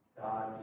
God